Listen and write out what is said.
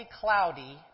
cloudy